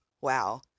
wow